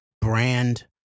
Brand